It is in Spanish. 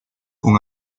con